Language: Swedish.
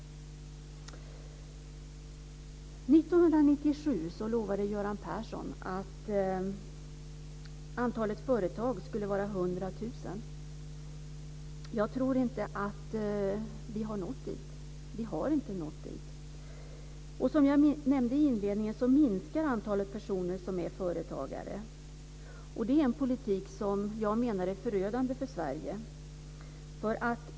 1997 lovade Göran Persson att antalet företag skulle uppgå till 100 000. Vi har inte nått dit. Som jag nämnde i min inledning minskar antalet personer som driver företag. Det är en politik som är förödande för Sverige.